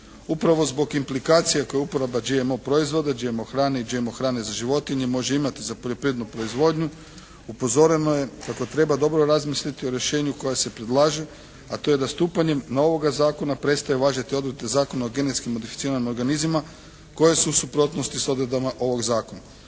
Upravo zbog implikacija koje je uporaba GMO proizvoda, GMO hrane i GMO hrane za životinje može imati za poljoprivrednu proizvodnju upozoreno je kako treba dobro razmisliti o rješenju koje se predlaže, a to je da stupanjem novoga zakona prestaje važiti odredbe Zakona o genetski modificiranim organizmima koje su u suprotnosti s odredbama ovog zakona.